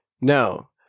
No